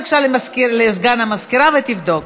תיגש בבקשה לסגן המזכירה ותבדוק.